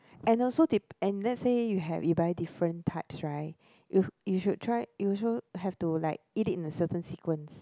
and also and let's say you've you buy different types right you you should try you also have to like eat it in the certain sequence